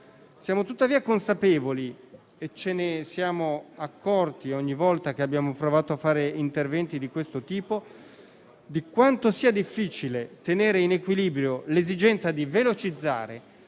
Siamo tuttavia consapevoli, e ce ne siamo accorti ogni volta che abbiamo provato a fare interventi di questo tipo, di quanto sia difficile tenere in equilibrio l'esigenza di velocizzare,